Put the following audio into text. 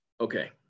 Okay